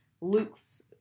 luke's